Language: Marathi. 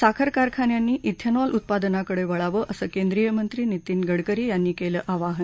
साखर कारखान्यांनी इथेनॉलच्या उत्पादनाकडे वळावं असं केंद्रीय मंत्री नितीन गडकरी यांनी केलं आवाहन